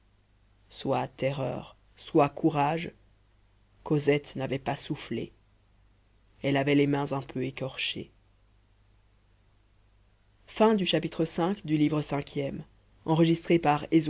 soit terreur soit courage cosette n'avait pas soufflé elle avait les mains un peu écorchées chapitre vi